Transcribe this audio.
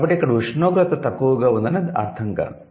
కాబట్టి ఇక్కడ ఉష్ణోగ్రత తక్కువగా ఉందని అర్థం కాదు